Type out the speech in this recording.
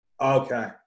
Okay